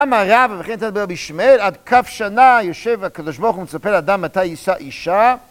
אמר רב ובכן תנא דבי רבי ישמעאל, עד כף שנה יושב הקדוש ברוך הוא מצפה לאדם מתי יישא אישה